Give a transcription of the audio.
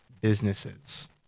businesses